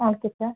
okay sir